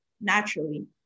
naturally